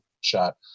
shot